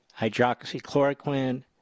hydroxychloroquine